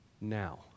now